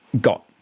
got